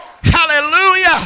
hallelujah